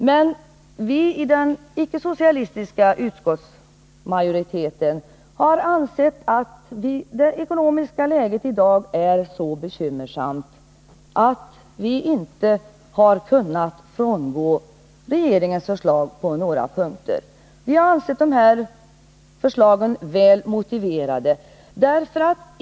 Men vi i den icke-socialistiska utskottsmajorite ten har ansett att det ekonomiska läget i dag är så bekymmersamt att vi inte har kunnat frångå regeringens förslag på någon punkt. Vi har ansett att förslagen är väl motiverade.